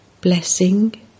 Blessing